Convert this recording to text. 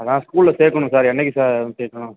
அதுதான் ஸ்கூலில் சேர்க்கணும் சார் என்றைக்கு சார் இது சேர்க்கணும்